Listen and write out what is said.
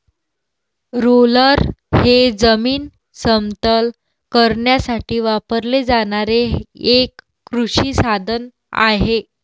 roller हे जमीन समतल करण्यासाठी वापरले जाणारे एक कृषी साधन आहे